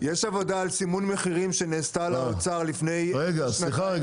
על סימון מחירים שנעשתה על האוצר לפני שנתיים-שלוש --- רגע,